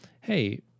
hey